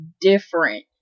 different